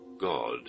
God